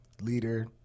leader